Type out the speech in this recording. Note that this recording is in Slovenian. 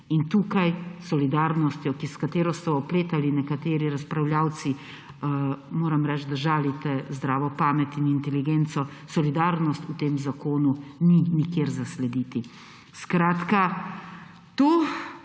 In tukaj s solidarnostjo, s katero so opletali nekateri razpravljavci, moram reči, da žalite zdravo pamet in inteligenco, solidarnosti v tem zakonu ni nikjer zaslediti. To